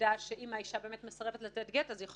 העובדה שהאישה מסרבת לתת גט פחות משפיעה על הגברים.